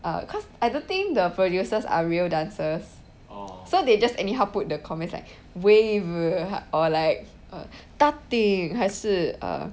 err cause I don't think the producers are real dancers so they just anyhow put the comments like wave or like a tutting 还是 err